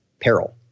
peril